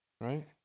right